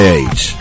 age